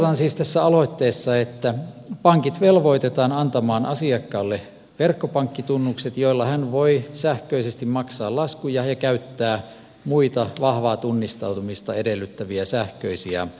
ehdotan siis tässä aloitteessa että pankit velvoitetaan antamaan asiakkaalle verkkopankkitunnukset joilla hän voi sähköisesti maksaa laskuja ja käyttää muita vahvaa tunnistautumista edellyttäviä sähköisiä palveluita